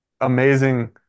amazing